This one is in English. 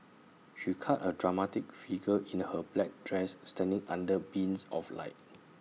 she cut A dramatic figure in her black dress standing under beams of light